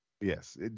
Yes